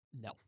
No